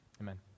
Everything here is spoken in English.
Amen